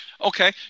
Okay